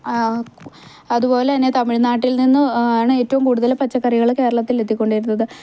അതുപോലെതന്നെ തമിഴ്നാട്ടിൽ നിന്നും ആണ് ഏറ്റവും കൂടുതൽ പച്ചക്കറികൾ കേരളത്തിൽ എത്തിക്കൊണ്ടിരുന്നത്